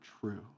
true